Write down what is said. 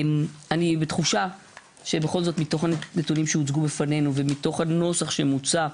אני בתחושה שבכל זאת מתוך הנתונים שהוצגו בפנינו ומתוך הנוסח שמוצע,